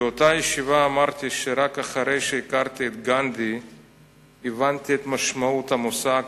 באותה ישיבה אמרתי שרק אחרי שהכרתי את גנדי הבנתי את משמעות המושג